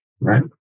right